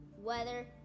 weather